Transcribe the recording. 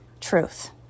truth